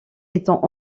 étant